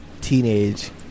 teenage